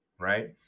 right